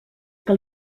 que